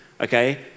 okay